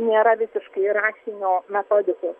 nėra visiškai rašinio metodikos